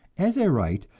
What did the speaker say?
as i write,